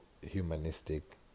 humanistic